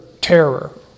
terror